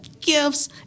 gifts